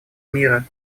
мира